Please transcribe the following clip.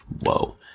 Whoa